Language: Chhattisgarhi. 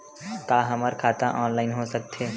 का हमर खाता ऑनलाइन हो सकथे?